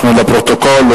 לפרוטוקול.